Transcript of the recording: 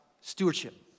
stewardship